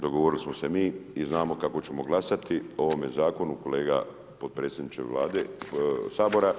Dogovorili smo se mi i znamo kako ćemo glasati o ovome zakonu kolega potpredsjedniče Sabora.